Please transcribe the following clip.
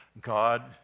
God